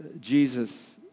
Jesus